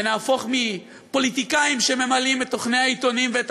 ונהפוך מפוליטיקאים שממלאים את תוכני העיתונים ואת